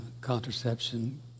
contraception